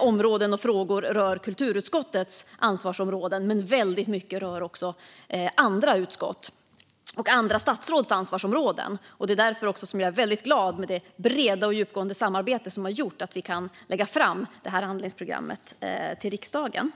områden och frågor rör kulturutskottets ansvarsområden, men väldigt mycket rör också andra utskott och andra statsråds ansvarsområden. Det är därför jag är glad för det breda och djupgående samarbete som har gjort att vi kan lägga fram handlingsprogrammet till riksdagen.